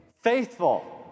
Faithful